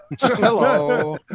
hello